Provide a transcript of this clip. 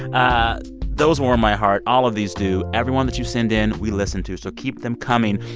um those warm my heart. all of these do. every one that you send in, we listen to. so keep them coming.